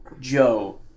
Joe